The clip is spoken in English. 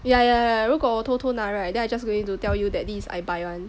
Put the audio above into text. yeah yeah 如果我偷偷拿 right then I just going to tell you that this is I buy [one]